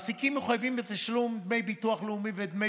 מעסיקים מחויבים בתשלום דמי ביטוח לאומי ודמי